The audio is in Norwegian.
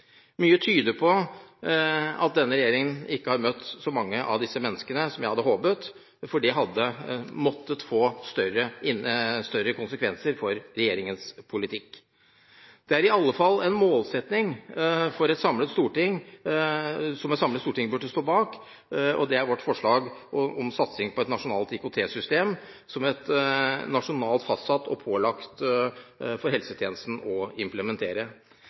Mye tyder på at denne regjeringen ikke har møtt så mange av disse menneskene som jeg hadde håpet, for det hadde måttet få større konsekvenser for regjeringens politikk. En målsetting som i alle fall et samlet storting burde stå bak, er satsingen på et nasjonalt IKT-system som helsetjenesten er pålagt å implementere.